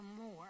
more